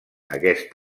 aquest